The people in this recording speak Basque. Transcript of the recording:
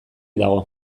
dago